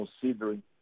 considering